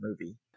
movie